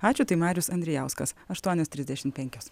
ačiū tai marius andrijauskas aštuonios trisdešimt penkios